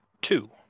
two